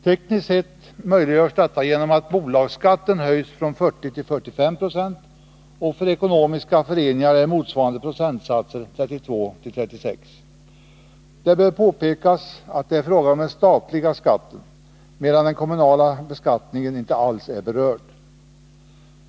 Tekniskt sett möjliggörs detta genom att bolagsskatten höjs från 40 9o till 45 96, och för ekonomiska föreningar är motsvarande procentsatser 32 och 36. Det bör påpekas att det är fråga om den statliga skatten, medan den kommunala beskattningen inte alls är berörd.